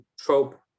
trope